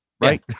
right